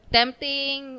tempting